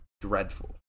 dreadful